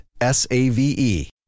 S-A-V-E